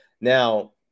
now